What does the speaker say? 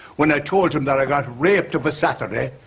when i told him that i got raped of a saturday,